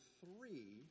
three